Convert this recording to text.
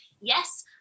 Yes